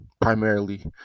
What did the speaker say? primarily